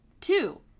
Two